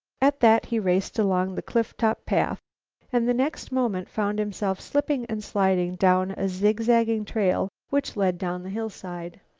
at that he raced along the cliff-top path and the next moment found himself slipping and sliding down a zig-zagging trail which led down the hillside.